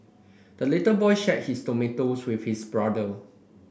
the little boy shared his tomatoes with his brother